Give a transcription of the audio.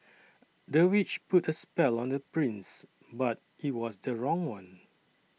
the witch put a spell on the prince but it was the wrong one